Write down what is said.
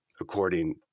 according